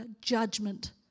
judgment